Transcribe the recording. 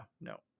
No